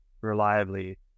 reliably